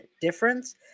difference